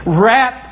wrap